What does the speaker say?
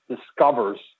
discovers